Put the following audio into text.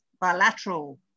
bilateral